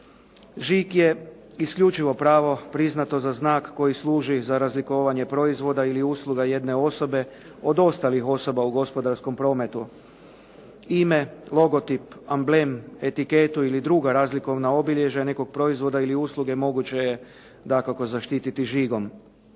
Žig je isključivo pravo priznato za znak koji služi za razlikovanje proizvoda ili usluga jedne osobe od ostalih osoba u gospodarskom prometu. Ime, logotip, amblem, etiketu ili druga razlikovna obilježja nekog proizvoda ili usluge moguće je dakako zaštititi žigom.